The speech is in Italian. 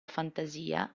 fantasia